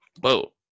Whoa